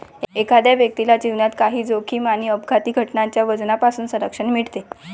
एखाद्या व्यक्तीला जीवनात काही जोखीम आणि अपघाती घटनांच्या वजनापासून संरक्षण मिळते